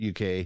uk